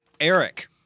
Eric